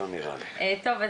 טוב,